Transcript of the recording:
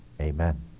Amen